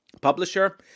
publisher